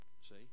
see